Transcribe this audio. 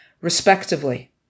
respectively